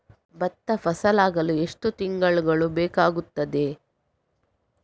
ಭತ್ತ ಫಸಲಾಗಳು ಎಷ್ಟು ತಿಂಗಳುಗಳು ಬೇಕಾಗುತ್ತದೆ?